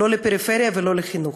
לא לפריפריה ולא לחינוך,